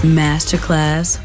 masterclass